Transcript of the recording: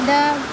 दा